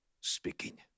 speaking